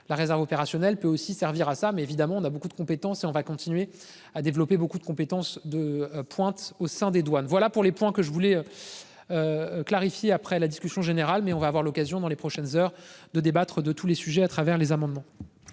La réserve opérationnelle peut aussi servir à ça, mais évidemment on a beaucoup de compétences et on va continuer à développer beaucoup de compétences de pointe au sein des douanes. Voilà pour les points que je voulais. Clarifier après la discussion générale mais on va avoir l'occasion dans les prochaines heures de débattre de tous les sujets à travers les amendements.